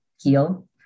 heal